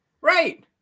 Right